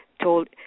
told